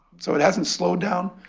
so it hasn't slowed down,